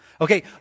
Okay